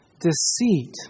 deceit